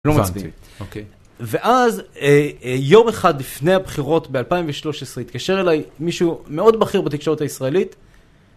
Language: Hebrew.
לא מצביעים. ואז יום אחד לפני הבחירות ב-2013, התקשר אליי מישהו מאוד בכיר בתקשורת הישראלית,